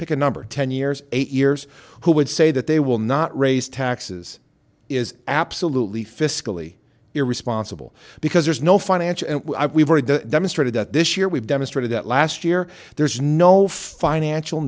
pick a number ten years eight years who would say that they will not raise taxes is absolutely fiscally irresponsible because there's no financial demonstrated that this year we've demonstrated that last year there's no financial